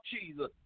Jesus